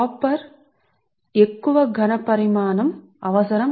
కాబట్టి ఆ విధం గా నేను సరిగ్గా వివరిస్తాను